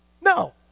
No